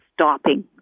stopping